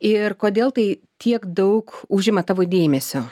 ir kodėl tai tiek daug užima tavo dėmesio